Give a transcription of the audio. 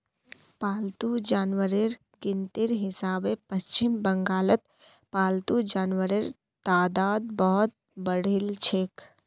पालतू जानवरेर गिनतीर हिसाबे पश्चिम बंगालत पालतू जानवरेर तादाद बहुत बढ़िलछेक